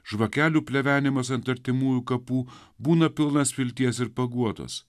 žvakelių plevenimas ant artimųjų kapų būna pilnas vilties ir paguodos